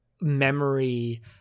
memory